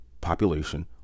population